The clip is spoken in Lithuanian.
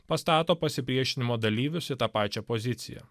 pastato pasipriešinimo dalyvius į tą pačią poziciją